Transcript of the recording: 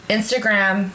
Instagram